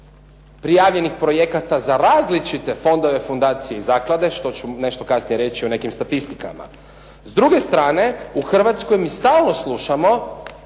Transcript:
prijavljenih projekata za različite fondove, fundacije i zaklade što ću nešto kasnije reći u nekim statistikama, s druge strane u Hrvatskoj mi stalno slušamo